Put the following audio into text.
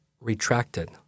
retracted